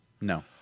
No